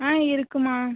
ஆ இருக்கும்மா